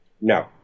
No